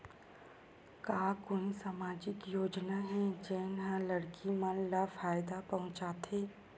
का कोई समाजिक योजना हे, जेन हा लड़की मन ला फायदा पहुंचाथे?